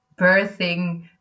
birthing